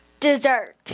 Dessert